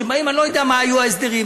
שאני לא יודע מה היו ההסדרים,